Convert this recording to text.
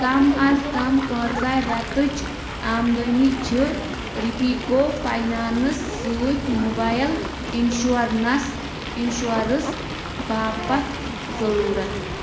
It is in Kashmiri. کم اَز کم کۭژاہ رٮ۪تٕچ آمدٕنی چھِ رِپیٖکو فاینانٕس سۭتۍ موبایِل اِنشورَنس انشورٕس باپتھ ضٔروٗرتھ